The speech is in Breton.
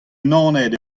unanet